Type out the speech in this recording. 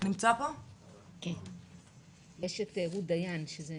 תוכנית נעל"ה נכנסה עכשיו לשנתה ה-30,